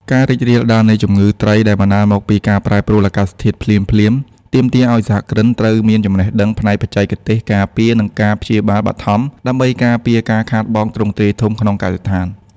ការរីករាលដាលនៃជំងឺត្រីដែលបណ្ដាលមកពីការប្រែប្រួលអាកាសធាតុភ្លាមៗ ទាមទារឱ្យសហគ្រិនត្រូវមានចំណេះដឹងផ្នែកបច្ចេកទេសការពារ និងការព្យាបាលបឋម ដើម្បីការពារការខាតបង់ទ្រង់ទ្រាយធំក្នុងកសិដ្ឋាន។